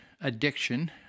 addiction